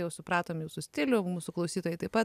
jau supratom jūsų stilių mūsų klausytojai taip pat